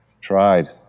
tried